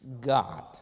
God